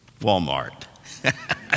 Walmart